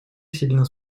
сильно